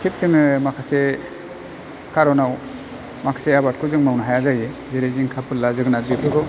थिख जोङो माखासे खार'नाव माखासे आबादखौ जों मावनो हाया जायो जेरै जिंखा फोरला जोगोनार बेफोरखौ